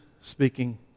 speaking